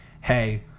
hey